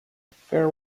fair